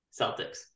Celtics